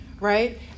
right